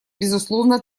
безусловно